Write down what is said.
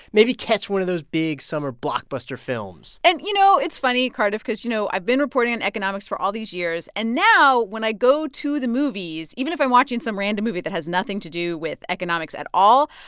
maybe catch one of those big summer blockbuster films and, you know, it's funny, cardiff, because, you know, i've been reporting on economics for all these years. and now, when i go to the movies, even if i'm watching some random movie that has nothing to do with economics at all,